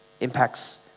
impacts